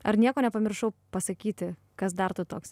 ar nieko nepamiršau pasakyti kas dar tu toks